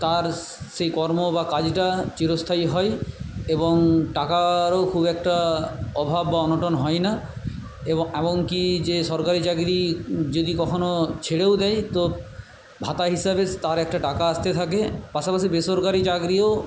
তার সেই কর্ম বা কাজটা চিরস্থায়ী হয় এবং টাকারও খুব একটা অভাব বা অনটন হয় না এমনকি যে সরকারি চাকরি যদি কখনও ছেড়েও দেয় তো ভাতা হিসাবে তার একটা টাকা আসতে থাকে পাশাপাশি বেসরকারি চাকরিও